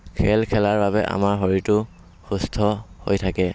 খেল খেলাৰ বাবে আমাৰ শৰীৰটো সুস্থ হৈ থাকে